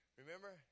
remember